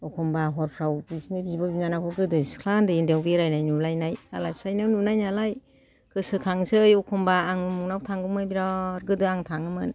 एखम्ब्ला हरफ्राव बिसिनि बिब' बिनानावखौ गोदो सिख्ला उन्दै उन्दैआव बेरायनाय नुलायनाय आलासि जाहैनायाव नुनाय नालाय गोसो खांसै एखम्ब्ला आं उमुखनाव थांगौमोन बिराद गोदो आं थांयोमोन